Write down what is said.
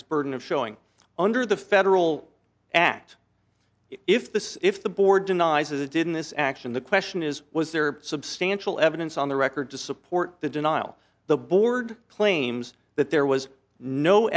this burden of showing under the federal act if this if the board denies it didn't this action the question is was there substantial evidence on the record to support the denial the board claims that there was no